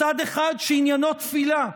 צד אחד שעניינו תפילה,